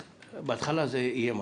בהתחלה זה איים עליהם,